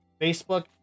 facebook